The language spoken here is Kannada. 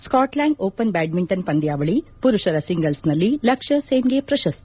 ಸ್ಕಾಟ್ಲ್ಟಾಂಡ್ ಓಪನ್ ಬ್ಯಾಡ್ಲಿಂಟನ್ ಪಂದ್ಯಾವಳಿ ಪುರುಪರ ಸಿಂಗಲ್ಸ್ನಲ್ಲಿ ಲಕ್ಷ್ಮಸೆನ್ಗೆ ಪ್ರಶಸ್ತಿ